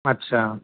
अच्छा